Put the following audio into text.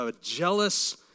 jealous